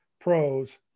pros